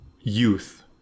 youth